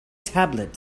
tablet